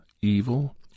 Evil